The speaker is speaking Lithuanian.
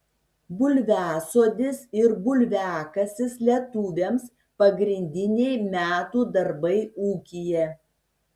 bulviasodis ir bulviakasis lietuviams pagrindiniai metų darbai ūkyje